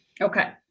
Okay